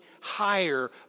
higher